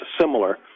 similar